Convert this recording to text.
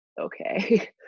okay